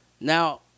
Now